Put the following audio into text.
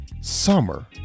summer